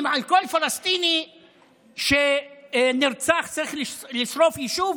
אם על כל פלסטיני שנרצח צריך לשרוף יישוב,